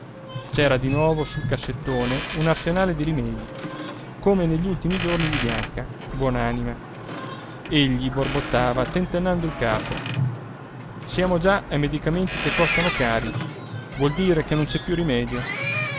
c'era di nuovo sul cassettone un arsenale di rimedi come negli ultimi giorni di bianca buon'anima egli borbottava tentennando il capo siamo già ai medicamenti che costano cari vuol dire che non c'è più rimedio